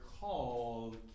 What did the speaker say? called